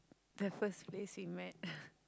the first place we met